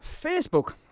Facebook